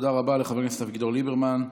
תודה רבה לחבר הכנסת אביגדור ליברמן.